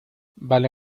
vale